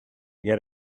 get